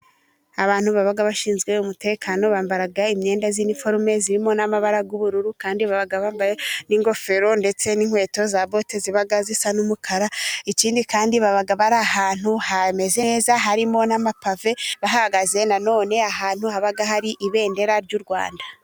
Abantu baba abashinzwe umutekano, bambara imyenda z'iniforume, zirimo n'amabara y'ubururu, kandi baba bambaye n'ingofero ndetse n'inkweto za bote zibaga zisa n'umukara, ikindi kandi baba bari ahantu hameze neza, harimo n'amapave, bahagaze nanone ahantu haba hari ibendera ry'u Rwanda.